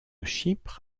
chypre